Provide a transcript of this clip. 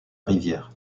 rivière